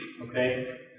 okay